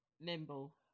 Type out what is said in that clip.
Nimble